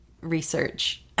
research